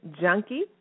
junkie